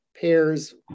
pairs